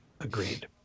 Agreed